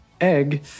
egg